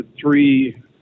three